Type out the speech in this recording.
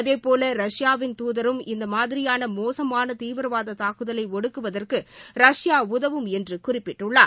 அதேபோல ரஷ்யாவின் தூதரும் இம்மாதிரியான மோசமான தீவிரவாத தாக்குதலை ஒடுக்குவதற்கு ரஷ்யா உதவும் என்று குறிப்பிட்டுள்ளார்